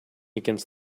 against